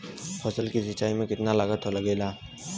फसल की सिंचाई में कितना लागत लागेला?